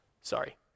Sorry